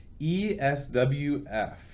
ESWF